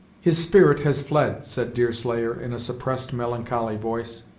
his spirit has fled! said deerslayer, in a suppressed, melancholy voice.